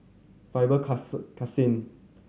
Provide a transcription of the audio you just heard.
Faber Crescent